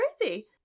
crazy